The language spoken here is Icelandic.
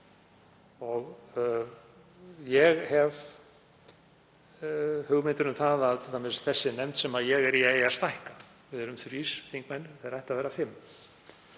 í. Ég hef hugmyndir um það að t.d. þessi nefnd sem ég er í eigi að stækka. Við erum þrír þingmenn, þeir ættu að vera fimm.